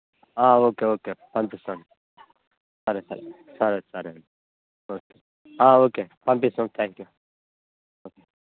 okay okay పంపిస్తాను సరే సరే సరే సరే అండి ఓకే ఓకే పంపిస్తాము థ్యాంక్ యూ